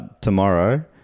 tomorrow